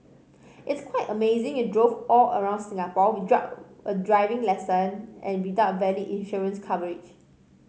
it's quite amazing you drove all around Singapore without a driving licence and without valid insurance coverage